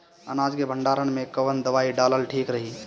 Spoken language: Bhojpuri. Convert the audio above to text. अनाज के भंडारन मैं कवन दवाई डालल ठीक रही?